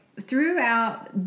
throughout